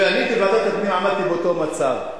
ואני בוועדת הפנים עמדתי באותו מצב,